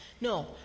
No